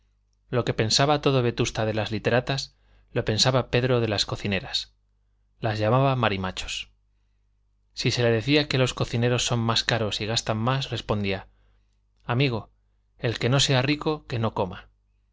lo que pensaba todo vetusta de las literatas lo pensaba pedro de las cocineras las llamaba marimachos si se le decía que los cocineros son más caros y gastan más respondía amigo el que no sea rico que no coma